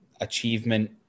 achievement